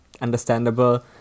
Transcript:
understandable